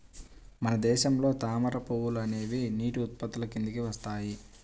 మన దేశంలో తామర పువ్వులు అనేవి నీటి ఉత్పత్తుల కిందికి వస్తాయి